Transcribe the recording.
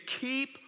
keep